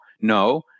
no